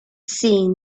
seen